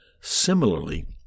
Similarly